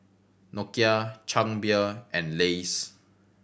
Nokia Chang Beer and Lays